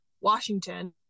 Washington